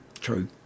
True